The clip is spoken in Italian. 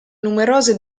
numerose